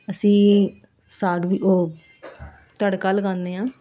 ਅਸੀਂ ਸਾਗ ਵੀ ਉਹ ਤੜਕਾ ਲਗਾਉਂਦੇ ਹਾਂ